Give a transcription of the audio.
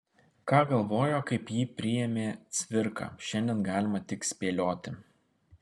ką galvojo kaip jį priėmė cvirka šiandien galima tik spėlioti